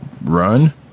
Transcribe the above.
run